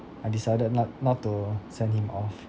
I decided not not to send him off